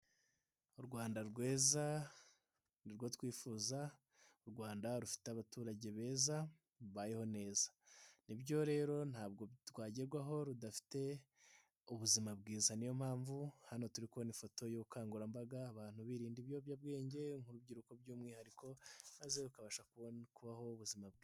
U Rwanda rwiza ni urwo twifuza, u Rwanda rufite abaturage beza, rubayeho neza, ni byo rero ntabwo twagerwaho rudafite ubuzima bwiza ni yo mpamvu hano turi kubona ifoto y'ubukangurambaga abantu birinda ibiyobyabwenge nk'urubyiruko by'umwihariko maze rukabasha kubaho ubuzima bwiza.